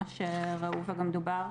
מה שראו וגם דובר,